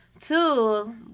Two